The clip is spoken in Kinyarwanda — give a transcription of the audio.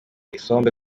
isombe